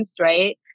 right